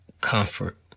comfort